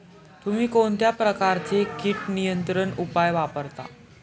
तुम्ही कोणत्या प्रकारचे कीटक नियंत्रण उपाय वापरता?